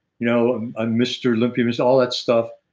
you know i'm ah mr. olympia, it's all that stuff.